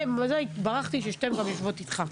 התברכתי ששתיהן גם יושבות איתך.